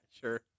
sure